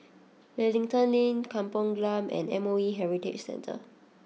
Wellington Link Kampung Glam and MOE Heritage Centre